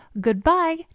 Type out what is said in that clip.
goodbye